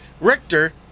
Richter